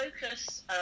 Focus